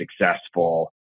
successful